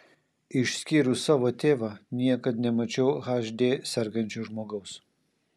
išskyrus savo tėvą niekad nemačiau hd sergančio žmogaus